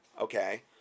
okay